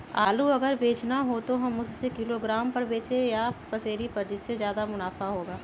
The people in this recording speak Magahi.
आलू अगर बेचना हो तो हम उससे किलोग्राम पर बचेंगे या पसेरी पर जिससे ज्यादा मुनाफा होगा?